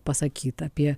pasakyti apie